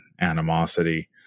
animosity